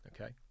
Okay